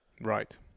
Right